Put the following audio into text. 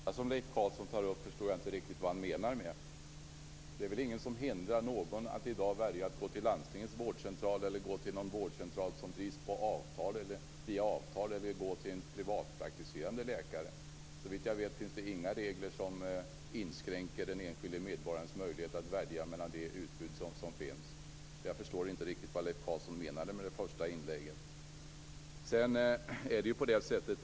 Fru talman! Det första som Leif Carlson tar upp förstår jag inte riktigt vad han menar med. Det är väl ingen som hindrar någon att i dag välja mellan att gå till landstingets vårdcentral, att gå till någon vårdcentral som drivs via avtal eller att gå till en privatpraktiserande läkare. Såvitt jag vet finns det inga regler som inskränker den enskilde medborgarens möjlighet att välja mellan det utbud som finns. Jag förstår därför inte vad Leif Carlson menade med det som han inledde sitt inlägg med.